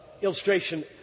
illustration